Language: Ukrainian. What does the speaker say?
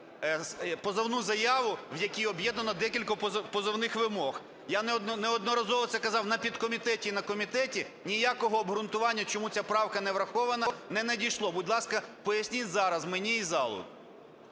позовну заяву, в яких об'єднано декілька позовних вимог. Я неодноразово це казав на підкомітеті і комітеті. Ніякого обґрунтування, чому ця правка не врахована, не надійшло. Будь ласка, поясніть зараз мені залу.